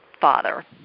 father